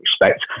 respect